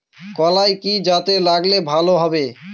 কলাই কি জাতে লাগালে ভালো হবে?